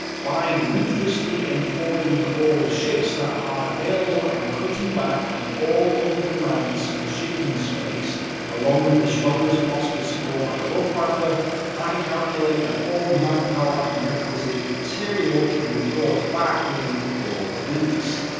by ruthlessly employing all ships that are available and cutting back on all other demands for shipping space along with the strongest possible support by the luftwaffe i calculate that all manpower and requisite material can be brought back within four weeks.